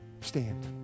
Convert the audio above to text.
stand